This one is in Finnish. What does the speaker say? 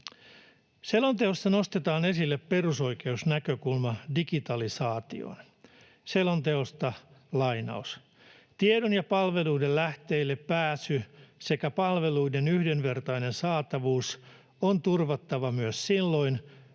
Selonteossa nostetaan esille perusoikeusnäkökulma digitalisaatioon. Lainaus selonteosta: ”Tiedon ja palveluiden lähteille pääsy sekä palveluiden yhdenvertainen saatavuus on turvattava myös silloin,